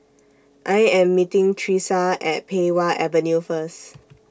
I Am meeting Thresa At Pei Wah Avenue First